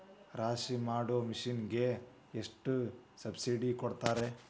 ರಾಶಿ ಮಾಡು ಮಿಷನ್ ಗೆ ಎಷ್ಟು ಸಬ್ಸಿಡಿ ಕೊಡ್ತಾರೆ?